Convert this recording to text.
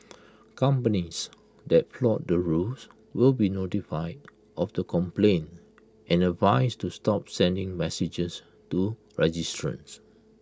companies that flout the rules will be notified of the complaint and advised to stop sending messages to registrants